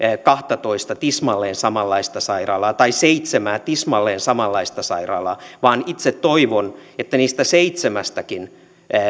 kahtatoista tismalleen samanlaista sairaalaa tai seitsemää tismalleen samanlaista sairaalaa itse toivon että niistä seitsemästäkin